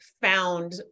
found